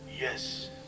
Yes